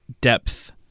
depth